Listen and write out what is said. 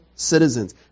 citizens